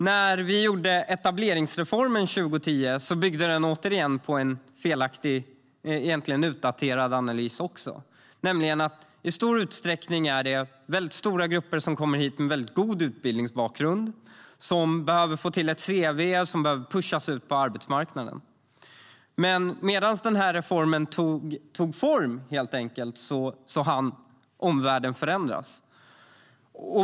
När vi gjorde etableringsreformen 2010 byggde den återigen på en felaktig eller egentligen utdaterad analys: att det i stor utsträckning är stora grupper med väldigt god utbildningsbakgrund som kommer hit. De behöver få till ett cv och pushas ut på arbetsmarknaden. Medan den här reformen tog form hann omvärlden förändras.